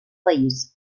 país